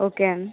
okay అండి